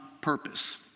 purpose